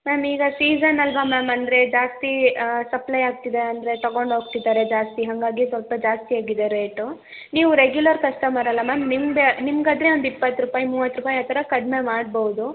ma'am ಈಗ ಸೀಸನ್ನಲ್ಲವ ma'am ಅಂದರೆ ಜಾಸ್ತಿ ಸಪ್ಲೈ ಆಗ್ತಿದೆ ಅಂದರೆ ತೊಗೊಂಡು ಹೋಗ್ತಿದ್ದಾರೆ ಜಾಸ್ತಿ ಹಾಗಾಗಿ ಸ್ವಲ್ಪ ಜಾಸ್ತಿ ಆಗಿದೆ ರೇಟು ನೀವು ರೆಗ್ಯುಲರ್ ಕಸ್ಟಮರಲ್ವ ಮ್ಯಾಮ್ ನಿಮ್ಮದೇ ನಿಮ್ಗೆ ಆದರೆ ಒಂದು ಇಪ್ಪತ್ತು ರೂಪಾಯಿ ಮೂವತ್ತು ರೂಪಾಯಿ ಆ ಥರ ಕಡಿಮೆ ಮಾಡ್ಬೌದು